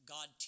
God